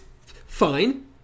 fine